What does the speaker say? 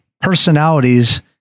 personalities